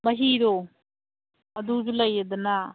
ꯃꯍꯤꯗꯣ ꯑꯗꯨꯁꯨ ꯂꯩꯔꯦꯗꯅ